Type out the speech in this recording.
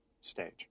stage